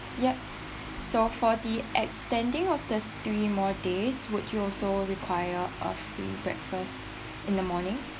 ya so for the extending of the three more days would you also require uh free breakfast in the morning